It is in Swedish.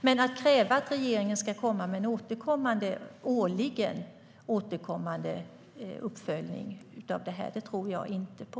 Men att kräva att regeringen ska komma med en årligen återkommande uppföljning av det här, det tror jag inte på.